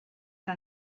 que